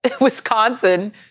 Wisconsin